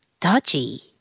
dodgy